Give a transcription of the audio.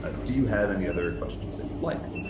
ah do you have any other questions that you'd like?